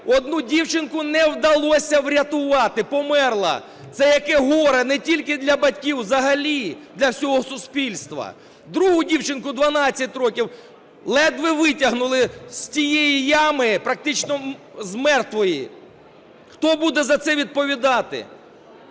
одну дівчинку не вдалося врятувати – померла. Це яке горе не тільки для батьків, взагалі для всього суспільства. Другу дівчинку, 12 років, ледве витягнули з цієї ями практично, з мертвої. Хто буде за це відповідати?